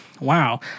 wow